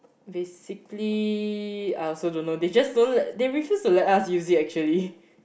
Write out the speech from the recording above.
basically I also don't know they just don't let they refuse to let us use it actually